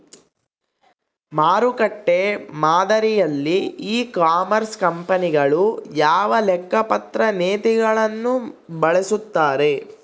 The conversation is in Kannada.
ಮಾರುಕಟ್ಟೆ ಮಾದರಿಯಲ್ಲಿ ಇ ಕಾಮರ್ಸ್ ಕಂಪನಿಗಳು ಯಾವ ಲೆಕ್ಕಪತ್ರ ನೇತಿಗಳನ್ನು ಬಳಸುತ್ತಾರೆ?